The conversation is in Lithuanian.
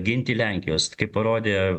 ginti lenkijos kaip parodė